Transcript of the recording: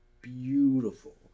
beautiful